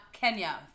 Kenya